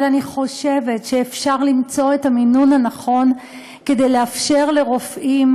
אבל אני חושבת שאפשר למצוא את המינון הנכון כדי לאפשר לרופאים,